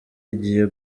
igiye